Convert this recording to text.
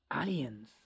aliens